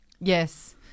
Yes